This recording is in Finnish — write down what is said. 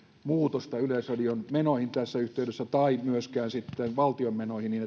muutosta yleisradion menoihin tai myöskään valtion menoihin niin